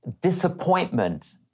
disappointment